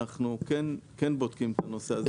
אנחנו כן בודקים את הנושא הזה.